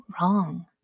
wrong